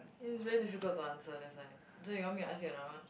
is very difficult to answer that's why so you want me to ask you another one